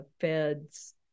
feds